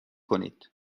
کنید